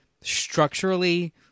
structurally